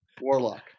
Warlock